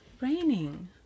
raining